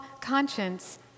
conscience